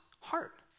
heart